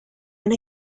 and